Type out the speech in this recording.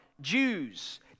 Jews